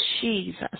Jesus